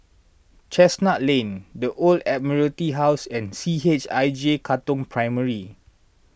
Chestnut Lane the Old Admiralty House and C H I J Katong Primary